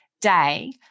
day